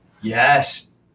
Yes